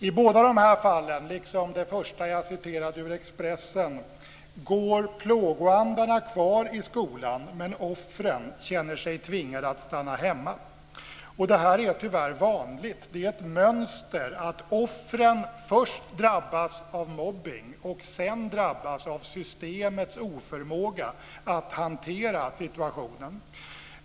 I båda fallen liksom i det första jag citerade ur Expressen går plågoandarna kvar i skolan, men offren känner sig tvingade att stanna hemma. Det är tyvärr vanligt. Det är ett mönster att offren först drabbas av mobbning och sedan av systemets oförmåga att hantera situationen.